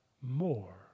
more